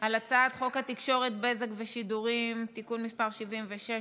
על הצעת חוק התקשורת (בזק ושידורים) (תיקון מס' 76)